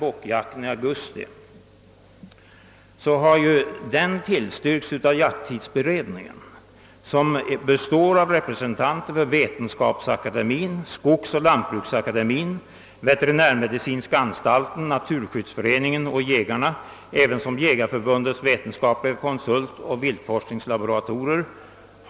Bockjakten i augusti har tillstyrkts av jakttidsberedningen, som består av representanter för Vetenskapsakademien, Skogsoch lantbruksakademien, Veterinärmedicinska anstalten, Naturskyddsföreningen och jägarna ävensom Jägarförbundets vetenskapliga konsult och viltforskningslaboratorer.